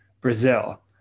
Brazil